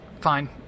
fine